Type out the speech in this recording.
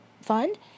fund